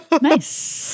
Nice